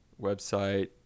website